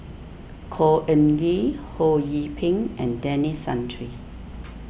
Khor Ean Ghee Ho Yee Ping and Denis Santry